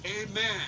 Amen